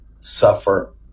suffer